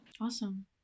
Awesome